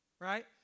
right